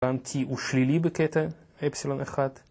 גם t הוא שלילי בקטע, εפסילון 1